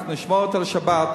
אנחנו נשמור את השבת,